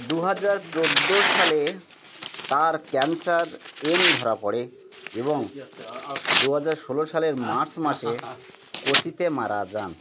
দু হাজার চোদ্দ সালে তার ক্যানসার এন ধরা পড়ে এবং দু হাজার ষোলো সালের মার্চ মাসে কোচিতে মারা যান